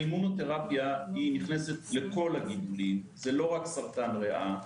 האימותרפיה נכנסת לכל הגידולים - זה לא רק סרטן ריאה,